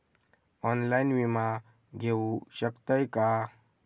Online विमा घेऊ शकतय का?